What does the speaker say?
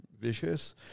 vicious